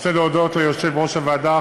ורוצה להודות ליושב-ראש הוועדה,